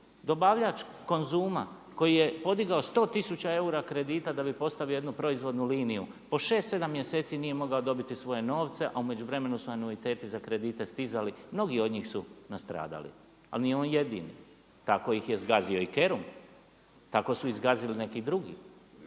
dobavljač Konzuma koji je podigao 100 tisuća eura kredita da bi postavio jednu proizvodnu liniju po šest, sedam mjeseci nije mogao dobiti svoje novce, a u međuvremenu su anuiteti za kredite stizali. Mnogi od njih su nastradali. Ali nije on jedini. Tako ih je zgazio i Kerum, tako su ih zgazili neki drugi.